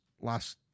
last